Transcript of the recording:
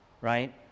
right